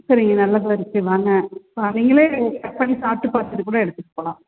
சரிங்க நல்ல வாங்க ஆ நீங்களே கட் பண்ணி சாப்பிட்டு பார்த்துட்டு கூட எடுத்துகிட்டு போகலாம்